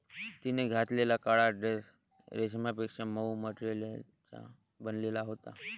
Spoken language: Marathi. तिने घातलेला काळा ड्रेस रेशमापेक्षा मऊ मटेरियलचा बनलेला होता